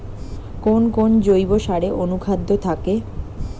কোন কোন জৈব সারে অনুখাদ্য থাকে?